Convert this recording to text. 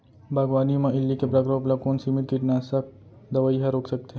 बागवानी म इल्ली के प्रकोप ल कोन सीमित कीटनाशक दवई ह रोक सकथे?